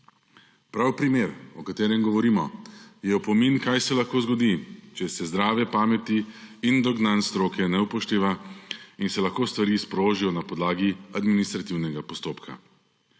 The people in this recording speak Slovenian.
Prav primer, o katerem govorimo, je opomin, kaj se lahko zgodi, če se zdrave pameti in dognanj stroke ne upošteva in se lahko stvari sprožijo na podlagi administrativnega postopka.